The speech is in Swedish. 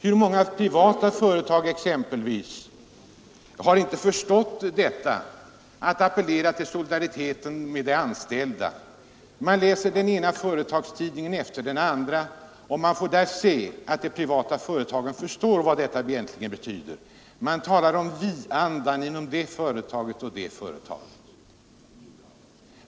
Hur många privata företag exempelvis har inte förstått att appellera till solidariteten hos de anställda. Om man läser den ena företagstidningen efter den andra, får man där se att de privata företagen förstår vad detta egentligen betyder. Man talar om vi-andan inom det och det företaget.